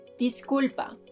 Disculpa